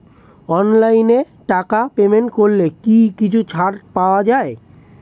অনলাইনে টাকা পেমেন্ট করলে কি কিছু টাকা ছাড় পাওয়া যায়?